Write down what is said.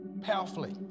powerfully